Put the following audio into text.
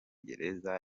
gereza